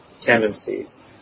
tendencies